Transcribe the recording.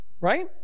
Right